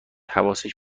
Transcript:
حواسش